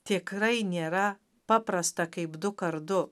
tikrai nėra paprasta kaip dukart du